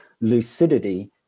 lucidity